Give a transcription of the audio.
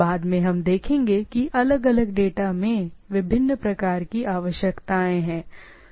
बाद में हम देखेंगे कि अलग अलग डेटा में विभिन्न प्रकार की आवश्यकताएं हैं राइट